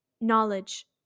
Knowledge